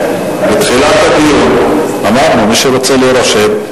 בתחילת הדיון אמרנו שמי שרוצה להירשם,